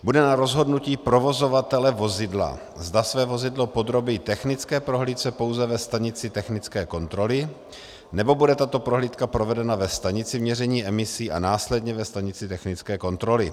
Bude na rozhodnutí provozovatele vozidla, zda své vozidlo podrobí technické prohlídce pouze ve stanici technické kontroly, nebo bude tato prohlídka provedena ve stanici měření emisí a následně ve stanici technické kontroly.